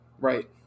Right